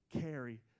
carry